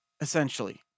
essentially